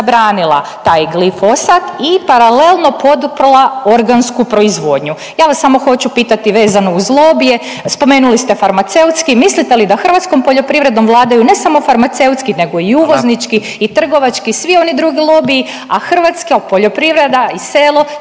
zabranila taj glifosat i paralelno poduprla organsku proizvodnju. Ja vas samo hoću pitati vezano uz lobije, spomenuli ste farmaceutski, mislite li da hrvatskom poljoprivredom vladaju, ne samo farmaceutski nego i izvoznički .../Upadica: Hvala./... i trgovački i svi oni drugi lobiji, a hrvatska poljoprivreda i selo